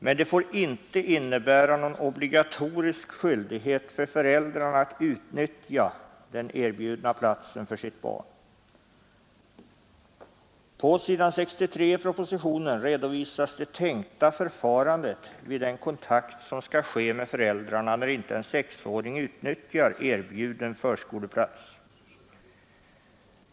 Men det får inte innebära någon obligatorisk skyldighet för föräldrarna att utnyttja den erbjudna platsen för sitt barn. På s. 63 i propositionen redovisas det tänkta förfarandet vid den kontakt som skall ske med föräldrarna när en sexåring inte utnyttjar erbjuden förskoleplats.